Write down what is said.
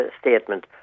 statement